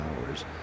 hours